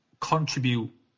contribute